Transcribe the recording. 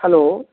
hello